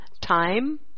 time